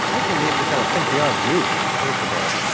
i think we need to kind of think beyond nukes, first of all.